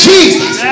Jesus